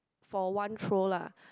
for one throw lah